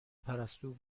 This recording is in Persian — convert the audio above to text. پرستو